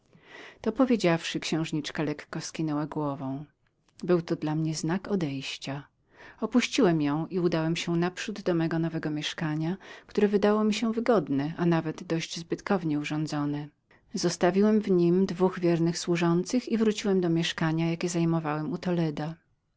to powiedziawszy księżniczka lekko skinęła głową był to dla mnie znak odejścia opuściłem ją i udałem się naprzód do mego nowego mieszkania które znalazłem wygodnem a nawet dość zbytkownie urządzonem zostawiłem w niem dwóch wiernych służących sam zaś zatrzymałem mieszkanie jakie zajmowałem u toledo co zaś